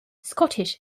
scottish